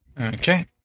Okay